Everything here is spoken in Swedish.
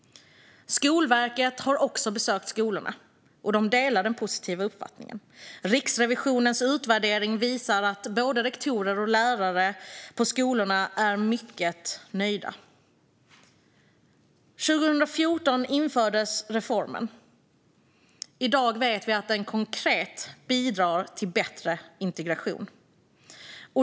Skolverket har också besökt skolorna och delar den positiva uppfattningen. Riksrevisionens utvärdering visar att både rektorer och lärare på skolorna är mycket nöjda. År 2014 infördes reformen. I dag vet vi att den konkret bidrar till bättre integration.